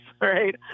right